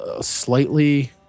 slightly